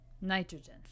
nitrogen